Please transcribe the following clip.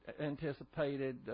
anticipated